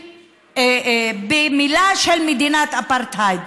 במילים "מדינת אפרטהייד".